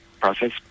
process